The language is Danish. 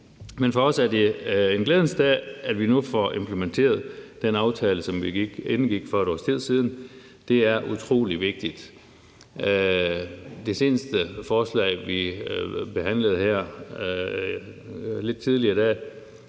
Men for os er det en glædens dag, at vi nu får implementeret den aftale, som vi indgik for et års tid siden. Det er utrolig vigtigt. I forbindelse med det seneste forslag, vi behandlede her lidt tidligere i dag